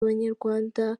abanyarwanda